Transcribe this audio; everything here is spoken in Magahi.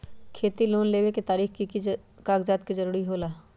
खेती लोन लेबे खातिर की की कागजात के जरूरत होला?